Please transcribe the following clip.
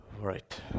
Right